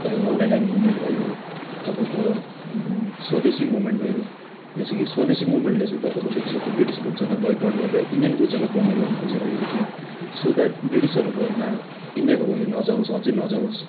तपाईँको non alliance movement भयो तपाईँको स्वदेशी मुभमेन्ट भयो जेसे कि स्वदेशी मुभमेन्टले चाहिँ तपाईँको जति सक्दो ब्रिटिस गुड्सहरूलाई ब्वाइकट गरेर इन्डेन गुड्सहरूलाई प्रमोट गर्नु खोजिरहेको थियो सो द्याट ब्रिटिसहरूकोमा इन्डियाको उयो नजाओस् अझै नजाओस्